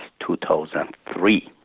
2003